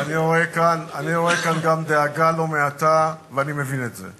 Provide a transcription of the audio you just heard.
ואני רואה כאן גם דאגה לא מעטה, ואני מבין את זה.